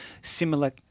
similar